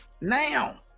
Now